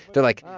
they're, like,